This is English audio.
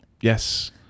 Yes